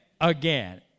again